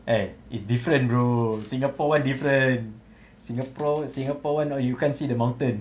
eh it's different bro singapore one different singapore singapore one no you can't see the mountain